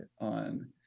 on